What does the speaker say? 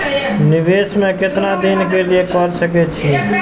निवेश में केतना दिन के लिए कर सके छीय?